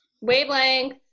Wavelength